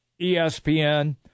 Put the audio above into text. ESPN